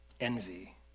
Envy